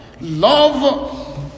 Love